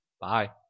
bye